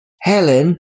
Helen